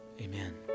Amen